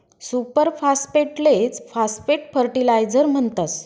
super फास्फेटलेच phosphate fertiliser म्हणतस